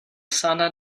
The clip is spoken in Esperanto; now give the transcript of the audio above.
sana